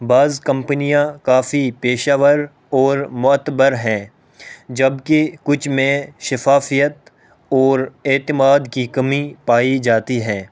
بعض کمپنیاں کافی پیشہ ور اور معتبر ہیں جبکہ کچھ میں شفافیت اور اعتماد کی کمی پائی جاتی ہیں